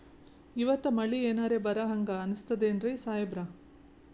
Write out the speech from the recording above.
ಇವತ್ತ ಮಳಿ ಎನರೆ ಬರಹಂಗ ಅನಿಸ್ತದೆನ್ರಿ ಸಾಹೇಬರ?